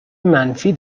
منفی